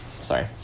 sorry